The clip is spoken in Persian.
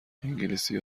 انگلیسی